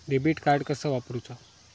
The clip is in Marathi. डेबिट कार्ड कसा वापरुचा?